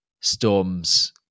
storms